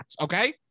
Okay